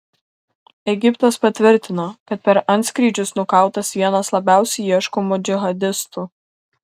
egiptas patvirtino kad per antskrydžius nukautas vienas labiausiai ieškomų džihadistų